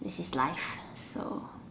this is life so